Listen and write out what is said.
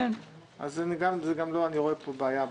אז אני לא רואה פה בעיה,